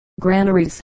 granaries